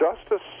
justice